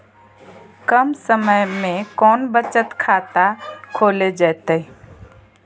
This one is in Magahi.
कम समय में कौन बचत खाता खोले जयते?